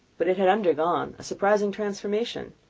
but it had undergone a surprising transformation.